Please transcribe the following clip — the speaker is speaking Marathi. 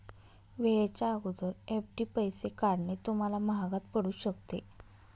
वेळेच्या अगोदर एफ.डी पैसे काढणे तुम्हाला महागात पडू शकते